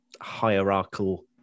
hierarchical